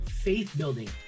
faith-building